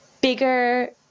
bigger